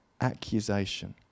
accusation